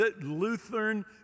Lutheran